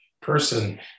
person